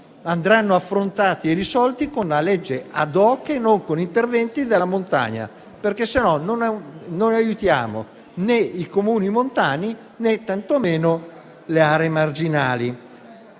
andranno affrontati e risolti con una legge *ad hoc* e non con interventi per la montagna. Non aiutiamo altrimenti né i Comuni montani, né tantomeno le aree marginali.